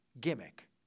gimmick